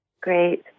Great